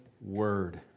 word